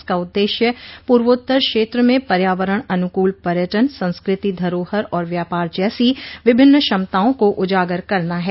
इसका उद्देश्य पूर्वोत्तर क्षेत्र में पर्यावरण अनुकूल पर्यटन संस्कृति धरोहर और व्यापार जैसी विभिन्न क्षमताओं को उजागर करना है